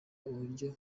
uburyo